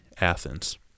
Athens